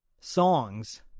songs